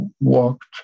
walked